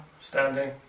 standing